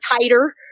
tighter